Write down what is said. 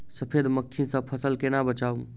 सफेद मक्खी सँ फसल केना बचाऊ?